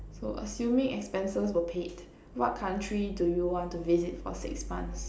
so assuming expenses were paid what country do you want to visit for six months